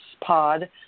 pod